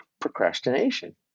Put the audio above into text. procrastination